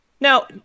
now